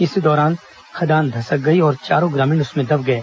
इसी दौरान खदान धसक गई और चारों ग्रामीण उसमें दब गए